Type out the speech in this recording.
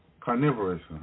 Carnivorous